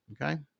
Okay